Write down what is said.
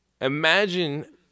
Imagine